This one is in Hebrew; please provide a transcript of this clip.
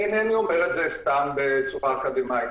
אינני אומר את זה סתם בצורה אקדמאית.